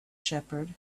shepherd